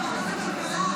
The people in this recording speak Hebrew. מה היעד הבא לוועדת הכלכלה?